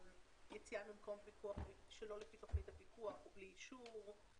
יציאה ממקום הפיקוח שלא לפי תוכנית הפיקוח ובלי אישור,